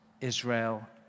Israel